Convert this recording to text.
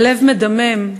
הלב מדמם.